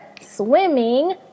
swimming